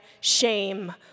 shame